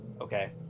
Okay